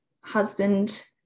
husband